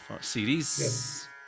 series